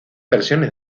versiones